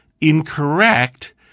incorrect